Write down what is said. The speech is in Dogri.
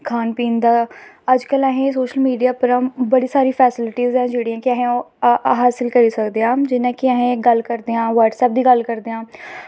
खान पीन दा अजकल्ल अस सोशल मीडिया दी बड़ी सारियां फैसलीटीस न जेह्ड़ियां ओह् हासल करी सकदे आं अस जि'यां कि अस गल्ल करदे आं ब्हटसैप दी गल्ल करदे आं